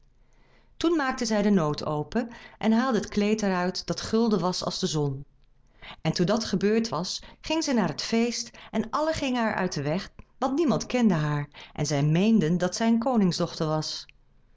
toen maakte zij de noot open en haalde het kleed er uit dat gulden was als de zon en toen dat gebeurd was ging zij op naar het feest en allen gingen haar uit den weg want niemand kende haar en zij meenden dat zij een koningsdochter